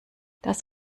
das